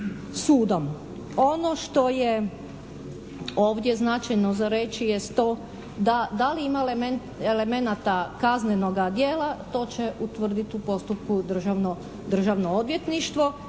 Ono što je ovdje značajno za reći jest to da, da li ima elemenata kaznenoga djela to će utvrditi u postupku Državno odvjetništvo.